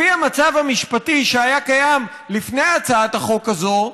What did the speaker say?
לפי המצב המשפטי שהיה קיים לפני הצעת החוק הזו,